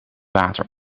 water